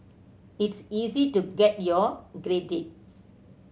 it's easy to get your credits